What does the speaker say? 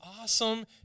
awesome